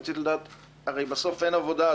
רציתי לדעת הרי בסוף אין עבודה.